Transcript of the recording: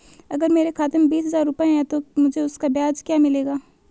अगर मेरे खाते में बीस हज़ार रुपये हैं तो मुझे उसका ब्याज क्या मिलेगा?